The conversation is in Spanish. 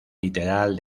literal